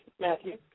Matthew